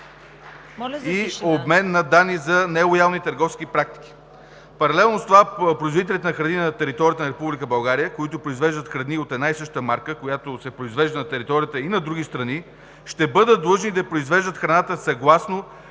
…и обмен на данни за нелоялни търговски практики. Паралелно с това производителите на храни на територията на Република България, които произвеждат храни от една и съща марка, която се произвежда на територията и на други страни, ще бъдат длъжни да произвеждат храната съгласно